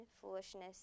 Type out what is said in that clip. foolishness